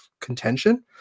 contention